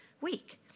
week